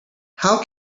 how